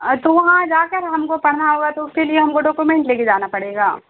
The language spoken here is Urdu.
آ تو وہاں جا کر ہم کو پڑھنا ہوگا تو اس کے لیے ہم کو ڈوکومینٹ لے کے جانا پڑے گا